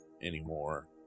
anymore